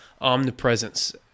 omnipresence